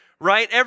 right